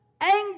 angry